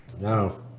No